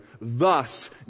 thus